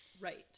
Right